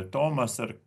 tomas ar